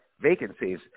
vacancies